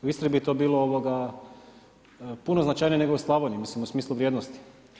U Istri bi to bilo puno najznačajnije nego u Slavonije mislim u smislu vrijednosti.